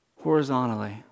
Horizontally